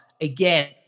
Again